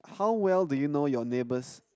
how well do you know your neighbours